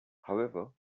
however